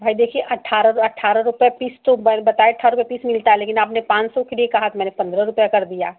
भाई देखिए अट्ठारह तो अट्ठारह रुपया पीस तो बताए अट्ठारह रुपये पीस मिलता है लेकिन आपने पाँच सौ के लिए कहा था मैंने पंद्रह रुपये कर दिया